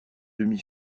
demi